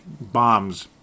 bombs